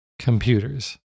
computers